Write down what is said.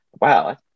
wow